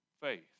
faith